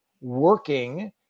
working